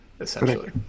essentially